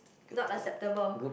not acceptable